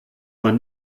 man